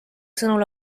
sõnul